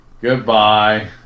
Goodbye